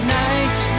night